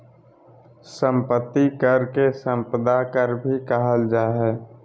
संपत्ति कर के सम्पदा कर भी कहल जा हइ